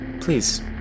Please